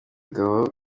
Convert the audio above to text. abagabo